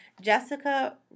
Jessica